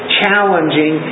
challenging